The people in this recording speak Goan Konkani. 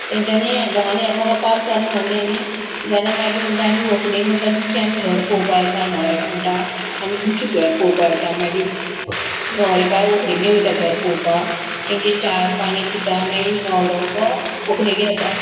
तेंच्यांनी दोंगांनी एकामेकांक पास जालें म्हणलें न्ही जाल्यार मागीर म्हणटा आमी व्हंकलेक म्हणटा तुमचें आमी घर पोवपा येता न्हवऱ्याक म्हणटा आमी तुमचें घर पोवपा येता मागीर न्हवऱ्याकाय व्हंकलेंगे वयता घर पोवपाक तेंगे च्या पाणी पिता मागीर न्हवरो व्हंकलेगे येता